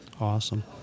Awesome